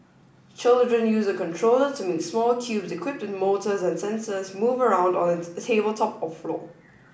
children use a controller to make small cubes equipped with motors and sensors move around on the tabletop or floor